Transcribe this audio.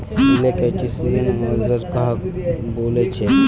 Electrician औजार कहाक बोले छे?